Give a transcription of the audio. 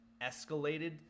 escalated